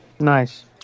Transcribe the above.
Nice